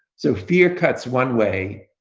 so fear cuts one way,